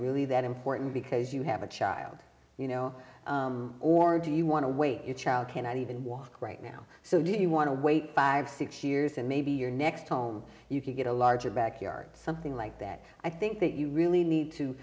really that important because you have a child you know or do you want to wait your child cannot even walk right now so do you want to wait five six years and maybe your next home you can get a larger backyard something like that i think that you really need to